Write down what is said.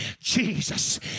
Jesus